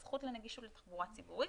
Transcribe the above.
הזכות לנגישות לתחבורה ציבורית.